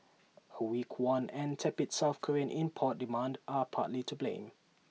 A weak won and tepid south Korean import demand are partly to blame